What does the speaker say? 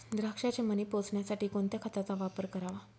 द्राक्षाचे मणी पोसण्यासाठी कोणत्या खताचा वापर करावा?